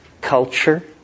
culture